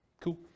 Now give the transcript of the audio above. Cool